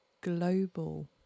global